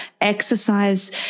exercise